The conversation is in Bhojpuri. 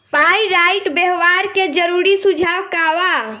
पाइराइट व्यवहार के जरूरी सुझाव का वा?